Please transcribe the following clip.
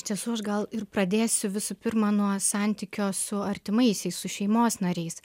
iš tiesų aš gal ir pradėsiu visų pirma nuo santykio su artimaisiais su šeimos nariais